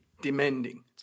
demanding